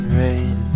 rain